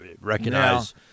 recognize